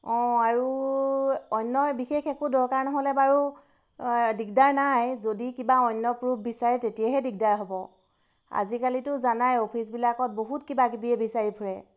অঁ আৰু অন্য বিশেষ একো দৰকাৰ নহ'লে বাৰু দিগদাৰ নাই যদি কিবা অন্য প্ৰুফ বিচাৰে তেতিয়াহে দিগদাৰ হ'ব আজিকালিতো জানাই অফিচবিলাকত বহুত কিবাকিবি বিচাৰি ফুৰে